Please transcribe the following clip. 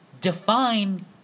define